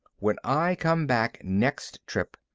when i come back next trip,